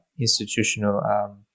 institutional